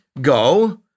Go